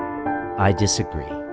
i disagree.